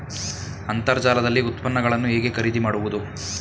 ಅಂತರ್ಜಾಲದಲ್ಲಿ ಉತ್ಪನ್ನಗಳನ್ನು ಹೇಗೆ ಖರೀದಿ ಮಾಡುವುದು?